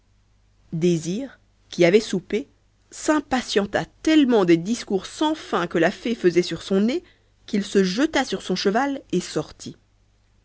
désir qui avait soupé s'impatienta tellement des discours sans fin que la fée faisait sur son nez qu'il se jeta sur son cheval et sortit